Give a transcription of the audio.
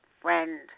friend